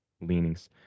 leanings